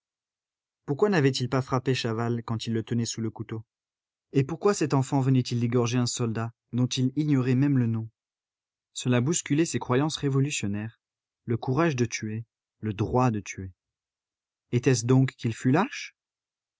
pourquoi n'avait-il pas frappé chaval quand il le tenait sous le couteau et pourquoi cet enfant venait-il d'égorger un soldat dont il ignorait même le nom cela bousculait ses croyances révolutionnaires le courage de tuer le droit de tuer était-ce donc qu'il fût lâche